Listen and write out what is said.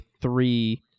three